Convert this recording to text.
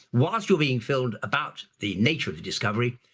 whilst you're being filmed about the nature of the discovery,